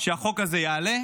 כשהחוק הזה יעלה,